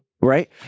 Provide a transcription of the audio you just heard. right